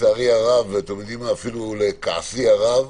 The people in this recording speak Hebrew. לצערי הרב, אפילו לכעסי הרב,